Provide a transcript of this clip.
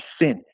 sin